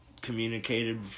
communicated